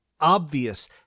obvious